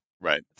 right